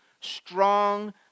strong